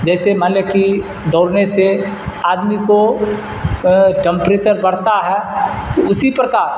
جیسے مان لیا کہ دوڑنے سے آدمی کو ٹمپریچر بڑھتا ہے تو اسی پرکار